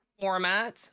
format